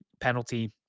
penalty